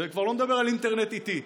זה כבר לא מדבר על אינטרנט איטי,